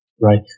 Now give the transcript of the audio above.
right